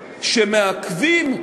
שמעכבים,